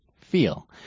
feel